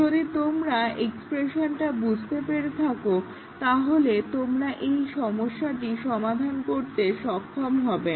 যদি তোমরা এক্সপ্রেশনটা বুঝতে পেরে থাকো তাহলে তোমরা এই সমস্যাটি সমাধান করতে সক্ষম হবে